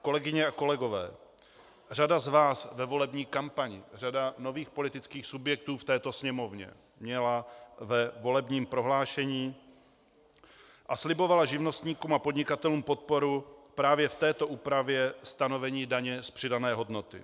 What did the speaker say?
Kolegyně a kolegové, řada z vás ve volební kampani, řada nových politických subjektů v této Sněmovně, měla ve volebním prohlášení a slibovala živnostníkům a podnikatelům podporu právě v této úpravě stanovení daně z přidané hodnoty.